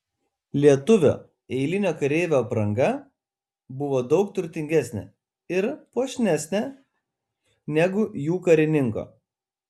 lietuvio eilinio kareivio apranga buvo daug turtingesnė ir puošnesnė negu jų karininko